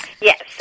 Yes